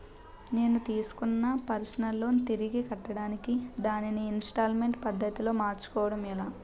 నేను తిస్కున్న personal loan తిరిగి కట్టడానికి దానిని ఇంస్తాల్మేంట్ పద్ధతి లో మార్చుకోవడం ఎలా?